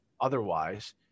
otherwise